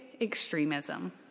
extremism